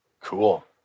Cool